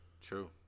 True